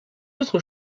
autres